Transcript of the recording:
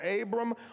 Abram